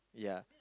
ya